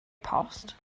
post